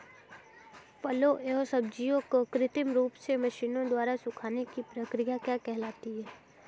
फलों एवं सब्जियों के कृत्रिम रूप से मशीनों द्वारा सुखाने की क्रिया क्या कहलाती है?